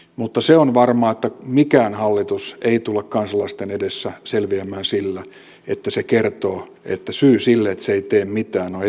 mutta se on varmaa että mikään hallitus ei tule kansalaisten edessä selviämään kertomalla että syy sille että se ei tee mitään on edellinen hallitus